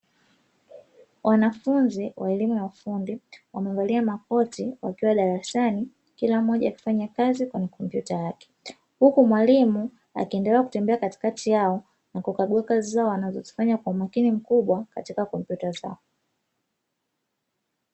Wanafunzi wa elimu ya ufundi, wamevalia makoti wakiwa darasani, kila mmoja akifanya kazi kwenye kompyuta yake, huku mwalimu akiendelea kutembelea katikati yao na kukagua kazi zao wanazozifanya kwa umakini mkubwa katika kompyuta zao.